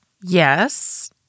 Yes